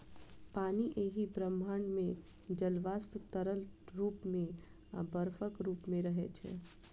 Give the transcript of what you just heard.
पानि एहि ब्रह्मांड मे जल वाष्प, तरल रूप मे आ बर्फक रूप मे रहै छै